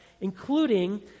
including